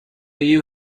you